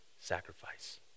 sacrifice